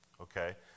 Okay